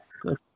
Good